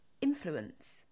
influence